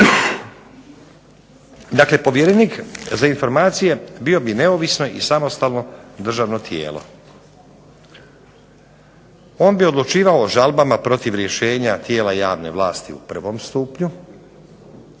Dakle, povjerenik za informacije bilo bi neovisno i samostalno državno tijelo. On bi odlučivao o žalbama protiv rješenja tijela javne vlasti u prvom stupnju;